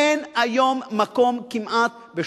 אין היום כמעט מקום,